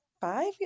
five